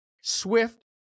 Swift